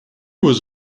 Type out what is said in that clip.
was